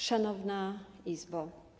Szanowna Izbo!